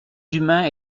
humains